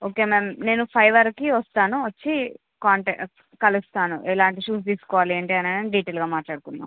okay ma'am నేను five వరకు వస్తాను వచ్చి కాంటాక్ట్ కలుస్తాను ఎలాంటి షూస్ తీసుకోవాలి ఏంటి అనేది డీటైల్డ్గా మాట్లాడుకుందాం